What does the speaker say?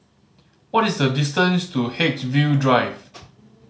what is the distance to Haigsville Drive